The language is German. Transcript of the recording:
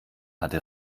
hatte